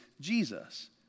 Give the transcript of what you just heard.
Jesus